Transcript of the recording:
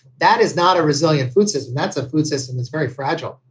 that is not a resilient food system. that's a food system that's very fragile.